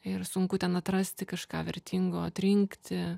ir sunku ten atrasti kažką vertingo atrinkti